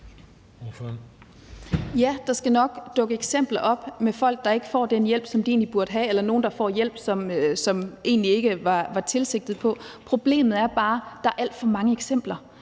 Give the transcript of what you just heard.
Ja, der skal nok dukke eksempler op på folk, der ikke får den hjælp, de egentlig burde have, eller nogle, som får hjælp, selv om det egentlig ikke var tilsigtet. Problemet er bare, at der er alt for mange eksempler.